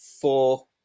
four